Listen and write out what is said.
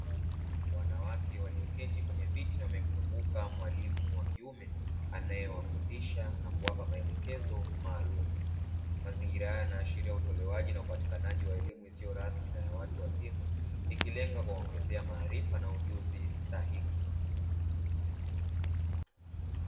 Wanawake walioketi kwenye viti na wamemzunguka mwalimu wa kiume anayewafundisha na kuwapa maelekezo maalumu. Mazingira hayo yanaashiria utolewaji na hupatikanaji wa elimu isiyo rasmi na ya watu wazima ikilenga kuwaongezea maarifa na ujuzi stahiki.